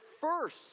first